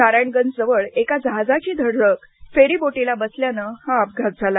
नारायणगंजजवळ एका जहाजाची धडक फेरी बोटीला बसल्यानं हा अपघात झाला